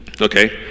Okay